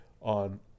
on